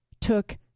took